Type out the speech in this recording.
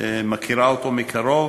היא מכירה אותו מקרוב,